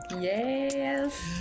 Yes